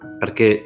perché